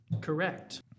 Correct